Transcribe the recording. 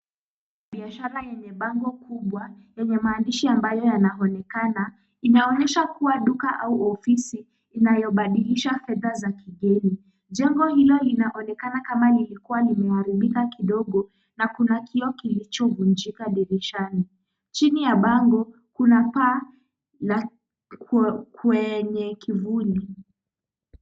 Biashara yenye bango kubwa yenye maadishi ambayo yanaonekana inaonyesha kuwa duka au ofisi inayobadilisha fedhaa za kigeni, jengo hilo linaonekana kama lilikuwa limeharibika kidogo na kuna kioo kilichovunjika dirishani, chini ya bango kuna paa la kwenye kivuli.